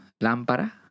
Lampara